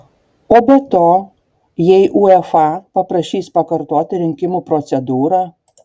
o be to jei uefa paprašys pakartoti rinkimų procedūrą